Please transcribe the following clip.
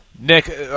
Nick